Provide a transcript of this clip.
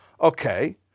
Okay